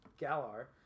Galar